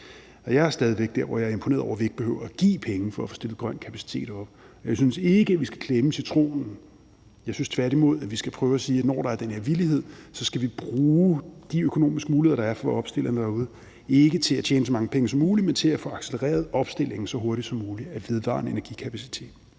Jeg er stadig væk der, hvor jeg er imponeret over, at vi ikke behøver at give penge for at få stillet grøn kapacitet op. Jeg synes ikke, at vi skal klemme citronen. Jeg synes tværtimod, vi skal prøve at sige, at når der er den her villighed, skal vi bruge de økonomiske muligheder, der er for at få det opstillet derude, ikke til at tjene så mange penge som muligt, men til at få accelereret opstillingen af vedvarende energikapacitet